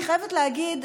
אני חייבת להגיד,